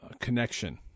connection